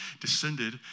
descended